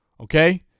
okay